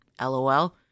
LOL